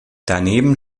daneben